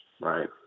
right